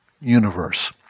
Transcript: universe